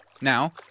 Now